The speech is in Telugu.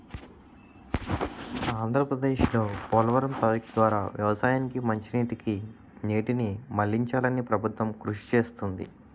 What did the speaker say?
ఆంధ్రప్రదేశ్లో పోలవరం ప్రాజెక్టు ద్వారా వ్యవసాయానికి మంచినీటికి నీటిని మళ్ళించాలని ప్రభుత్వం కృషి చేస్తుంది